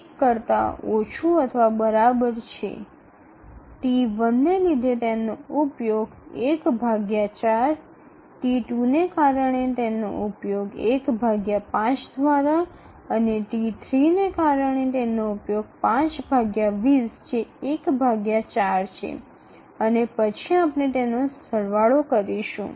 T1 এর কারণে ব্যবহারের পরিমাণ ১ বাই ৪ T2 এর কারণে ব্যবহার ১ বাই ৫ এবং T3 হল ৫ বাই ২০ অর্থাৎ ১ বাই ৪ এবং তারপরে আমরা এটির যোগফল করব